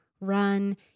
run